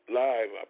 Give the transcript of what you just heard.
live